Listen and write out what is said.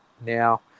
now